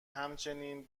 همچنین